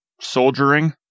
soldiering